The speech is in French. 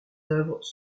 œuvres